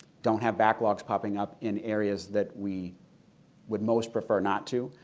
don't have backlogs popping up in areas that we would most prefer not to.